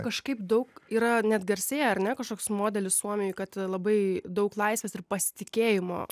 kažkaip daug yra net garsėja ar ne kažkoks modelis suomijoj kad labai daug laisvės ir pasitikėjimo